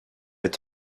est